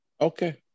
Okay